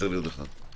אומר שני דברים.